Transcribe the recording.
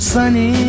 Sunny